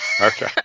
Okay